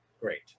Great